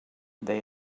they